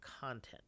content